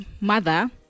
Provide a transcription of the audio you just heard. mother